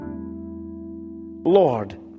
Lord